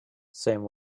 same